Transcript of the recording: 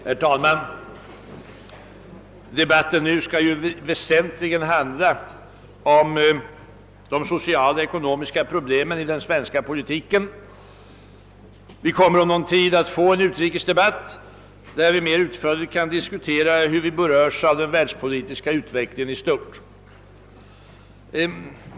Herr talman! Denna debatt skall ju väsentligen handla om de sociala och ekonomiska problemen i den svenska politiken. Vi kommer om någon tid att få en utrikesdebatt, där vi mera utförligt kan diskutera hur vårt land berörs av den världspolitiska utvecklingen i stort.